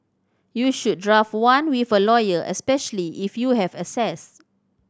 you should draft one with a lawyer especially if you have assets